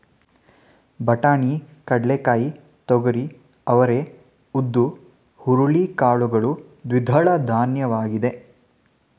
ಬಟಾಣಿ, ಕಡ್ಲೆಕಾಯಿ, ತೊಗರಿ, ಅವರೇ, ಉದ್ದು, ಹುರುಳಿ ಕಾಳುಗಳು ದ್ವಿದಳಧಾನ್ಯವಾಗಿದೆ